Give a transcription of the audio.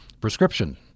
prescription